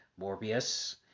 Morbius